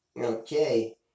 Okay